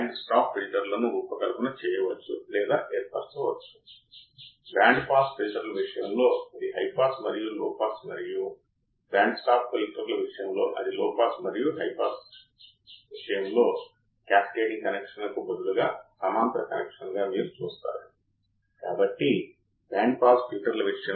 రెండు input terminals ground అయినప్పుడు ఇప్పుడు చూద్దాం ఆప్ ఆంప్ యొక్క ఇన్పుట్ టెర్మినల్స్ రెండింటినీ గ్రౌండ్ చేస్తాము ఐడియల్ గా అవుట్పుట్ వోల్టేజ్ సున్నా ఉండాలి అది సరైనదే నేను ఆపరేషన్ యాంప్లిఫైయర్ తీసుకుంటాను మరియు నా ఇన్వర్టింగ్ మరియు నాన్ ఇన్వర్టింగ్ టెర్మినల్స్ రెండింటినీ నేను గ్రౌండ్ చేస్తున్నాను అని నేను చెబితే అవుట్పుట్ వోల్టేజ్ Vo సున్నా ఉండాలి